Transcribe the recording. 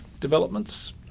developments